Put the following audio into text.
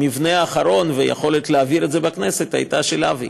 המבנה האחרון והיכולת להעביר את זה בכנסת היו של אבי.